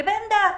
לבין דת.